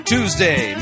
Tuesday